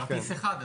כרטיס אחד?